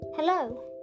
hello